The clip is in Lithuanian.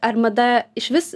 ar mada išvis